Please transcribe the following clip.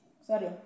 sorry